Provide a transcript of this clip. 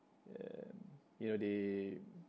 and you know they